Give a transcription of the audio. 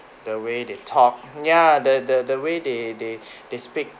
the way they talk ya the the the way they they they speak